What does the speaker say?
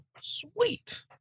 Sweet